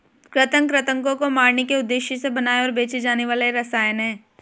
कृंतक कृन्तकों को मारने के उद्देश्य से बनाए और बेचे जाने वाले रसायन हैं